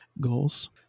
goals